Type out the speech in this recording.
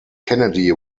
kennedy